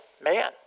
man